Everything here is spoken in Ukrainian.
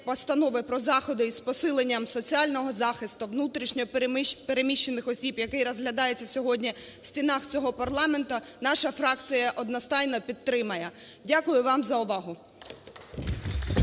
Постанови про заходи із посилення соціального захисту внутрішньо переміщених осіб, який розглядається сьогодні в стінах цього парламенту, наша фракція одностайно підтримає. Дякую вам за увагу.